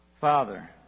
Father